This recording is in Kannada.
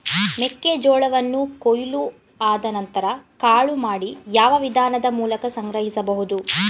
ಮೆಕ್ಕೆ ಜೋಳವನ್ನು ಕೊಯ್ಲು ಆದ ನಂತರ ಕಾಳು ಮಾಡಿ ಯಾವ ವಿಧಾನದ ಮೂಲಕ ಸಂಗ್ರಹಿಸಬಹುದು?